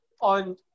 on